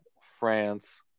France